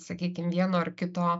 sakykim vieno ar kito